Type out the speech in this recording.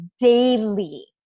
daily